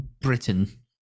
Britain